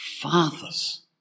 fathers